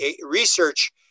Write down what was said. research